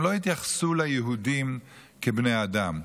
הם לא התייחסו ליהודים כבני אדם.